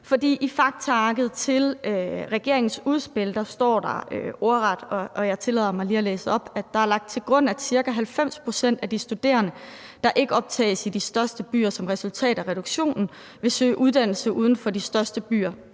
i faktaarket til regeringens udspil står der ordret, og jeg tillader mig lige at læse op: »Det er lagt til grund, at ca. 90 pct. af de studerende, der ikke optages i de største byer som resultat af reduktionen, vil søge uddannelse uden for de største byer.